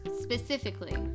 Specifically